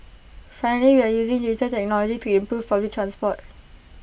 finally we are using digital technology to improve public transport